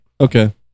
Okay